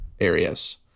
areas